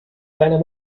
seiner